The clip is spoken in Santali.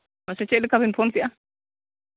ᱢᱟᱥᱮ ᱪᱮᱫ ᱞᱮᱠᱟ ᱵᱤᱱ ᱯᱷᱳᱱ ᱠᱮᱫᱼᱟ